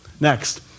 Next